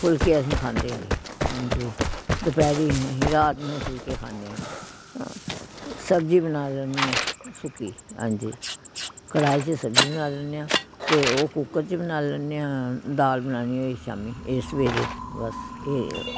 ਫੁਲਕੇ ਅਸੀਂ ਖਾਂਦੇ ਨਹੀਂ ਹਾਂਜੀ ਦੁਪਹਿਰ ਹੀ ਰਾਤ ਨੂੰ ਫੁਲਕੇ ਖਾਂਦੇ ਹਾਂ ਸਬਜ਼ੀ ਬਣਾ ਲੈਂਦੀ ਹਾਂ ਸੁੱਕੀ ਹਾਂਜੀ ਕੜਾਹੀ 'ਚ ਸਬਜ਼ੀ ਬਣਾ ਲੈਂਦੇ ਹਾਂ ਅਤੇ ਉਹ ਕੁੱਕਰ 'ਚ ਬਣਾ ਲੈਂਦੇ ਹਾਂ ਦਾਲ ਬਣਾਉਣੀ ਹੋਈ ਸ਼ਾਮੀ ਇਹ ਸਵੇਰੇ ਬਸ ਇਹ